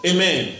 Amen